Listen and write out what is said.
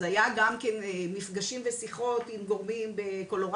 אז היה גם כן מפגשים ושיחות עם גורמים בקולורדו,